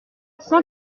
cent